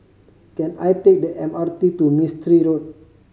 can I take the M R T to Mistri Road